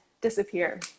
disappear